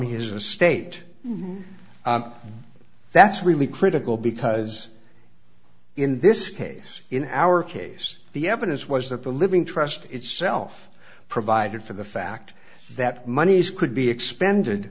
his a state that's really critical because in this case in our case the evidence was that the living trust itself provided for the fact that monies could be expended